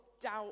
doubt